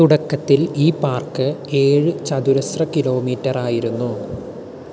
തുടക്കത്തിൽ ഈ പാർക്ക് ഏഴ് ചതുരശ്ര കിലോമീറ്ററായിരുന്നു